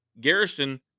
Garrison